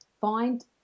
find